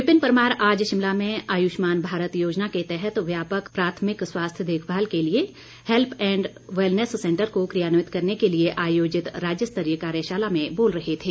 विपिन परमार आज शिमला में आयुष्मान भारत योजना के तहत व्यापक प्राथमिक स्वास्थ्य देखभाल के लिए हैल्प एण्ड वैलनेस सेंटर को क्रियान्वित करने के लिए आयोजित राज्यस्तरीय कार्यशाला में बोल रहे थे